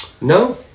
no